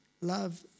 Love